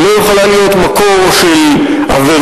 היא לא יכולה להיות מקור של עבירות,